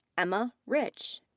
emma rich.